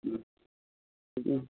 उम उम